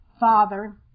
father